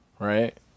Right